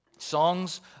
Songs